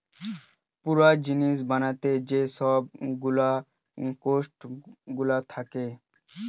পুরা জিনিস বানাবার যে সব গুলা কোস্ট গুলা থাকে